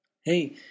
Hey